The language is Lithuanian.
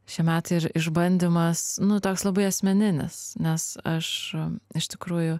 šie metai ir išbandymas nu toks labai asmeninis nes aš iš tikrųjų